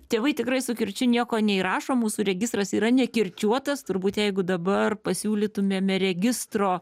tėvai tikrai su kirčiu nieko neįrašo mūsų registras yra nekirčiuotas turbūt jeigu dabar pasiūlytumėme registro